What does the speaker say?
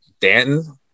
Danton